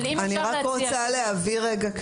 אני רק רוצה להבהיר רגע,